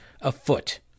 afoot